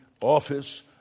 office